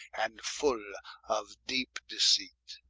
and full of deepe deceit